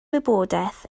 wybodaeth